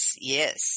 yes